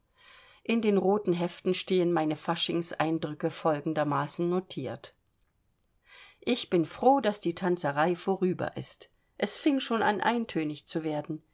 in den roten heften stehen meine faschingseindrücke folgendermaßen notiert ich bin froh daß die tanzerei vorüber ist es fing schon an eintönig zu werden